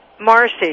Marcy